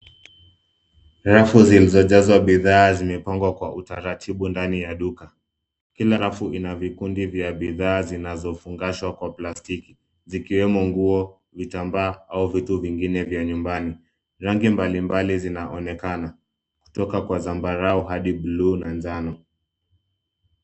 Rafu zilizojazwa bidhaa zimepangwa kwa utaratibu ndani ya duka. Kila rafu ina vikundi vya bidhaa zinazofungashwa kwa plastiki zikiwemo nguo, vitambaa au vitu vingine vya nyumbani. Rangi mbalimbali zinaonekana kutoka kwa zambarau hadi buluu na njano.